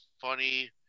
funny